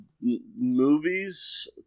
movies